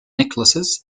necklaces